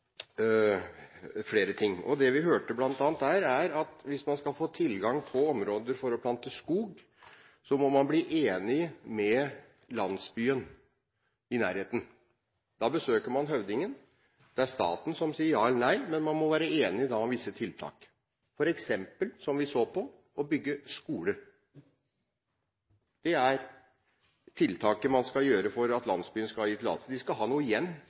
flere ting. Det vi bl.a. hørte der, var at hvis man skulle få tilgang på områder for å plante skog, måtte man bli enig med landsbyen i nærheten. Da besøker man høvdingen. Det er staten som sier ja eller nei, men man må være enig om visse tiltak, f.eks. å bygge skole, som vi så på. Det er tiltaket man kan gjøre for at landsbyen skal gi tillatelse. De skal ha noe igjen